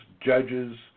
judges